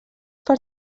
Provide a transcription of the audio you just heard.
per